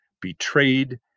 betrayed